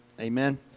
Amen